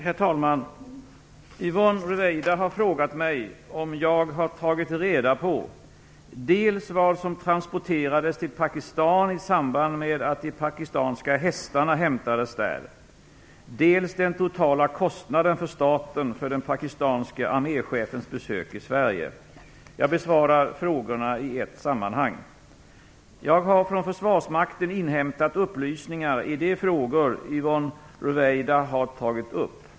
Herr talman! Yvonne Ruwaida har frågat mig om jag har tagit reda på dels vad som transporterades till Pakistan i samband med att de pakistanska hästarna hämtades där, dels den totala kostnaden för staten för den pakistanske arméchefens besök i Sverige. Jag besvarar frågorna i ett sammanhang. Jag har från Försvarsmakten inhämtat upplysningar i de frågor Yvonne Ruwaida har tagit upp.